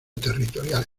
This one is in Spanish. territorial